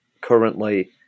currently